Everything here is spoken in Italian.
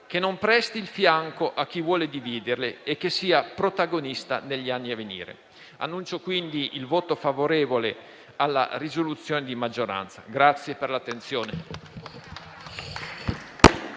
che non presti il fianco a chi vuole dividerla e che sia protagonista negli anni a venire. Annuncio quindi il voto favorevole alla risoluzione di maggioranza.